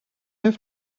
have